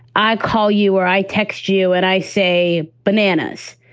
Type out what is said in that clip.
i call you or i text you and i say bananas.